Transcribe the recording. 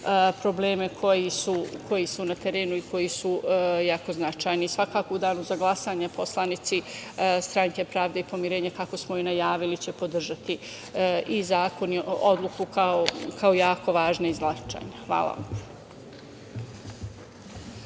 probleme koji su na terenu i koji su jako značajni. Svakako, u danu za glasanje poslanici Stranke pravde i pomirenja, kako smo i najavili, će podržati i zakon i odluku kao jako važnu i značajnu. Hvala.